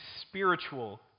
spiritual